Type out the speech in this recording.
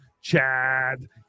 Chad